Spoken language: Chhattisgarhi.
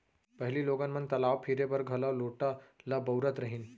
पहिली लोगन मन तलाव फिरे बर घलौ लोटा ल बउरत रहिन